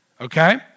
okay